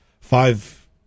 five